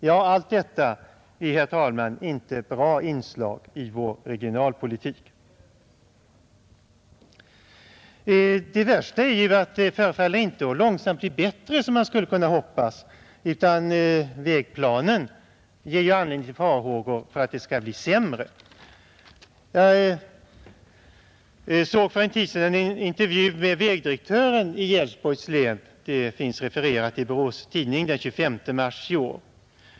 Ja, allt detta är inte några bra inslag i vår regionalpolitik. Det värsta är ju att det inte förefaller att långsamt bli bättre, som man skulle kunna hoppas, utan vägplanen ger anledning till farhågor för att det skall bli sämre. Jag läste för en tid sedan en intervju med vägdirektören i Älvsborgs län — den var införd i Borås Tidning den 25 mars i år.